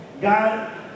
God